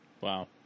Wow